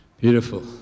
Beautiful